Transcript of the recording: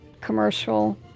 commercial